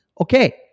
Okay